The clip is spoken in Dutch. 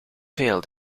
vld